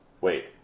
wait